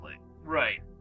right